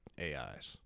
AIs